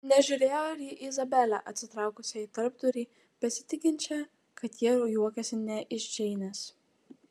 nežiūrėjo ir į izabelę atsitraukusią į tarpdurį besitikinčią kad jie juokiasi ne iš džeinės